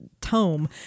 tome